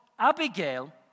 Abigail